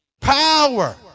Power